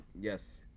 Yes